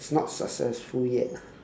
not successful yet